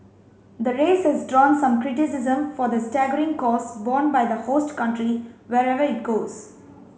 the race has drawn some criticism for the staggering costs borne by the host country wherever it goes